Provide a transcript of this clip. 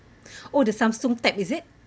oh the Samsung tab is it